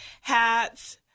hats